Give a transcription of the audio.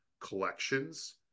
collections